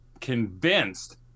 convinced